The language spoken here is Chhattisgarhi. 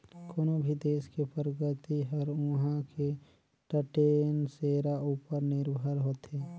कोनो भी देस के परगति हर उहां के टटेन सेरा उपर निरभर होथे